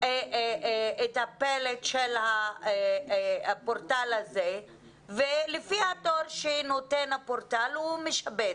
את הפלט של הפורטל הזה ולפי התור שנותן הפורטל הוא משבץ.